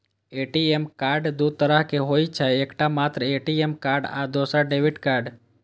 ATM card दू तरहक होइ छै, एकटा मात्र ए.टी.एम कार्ड आ दोसर डेबिट कार्ड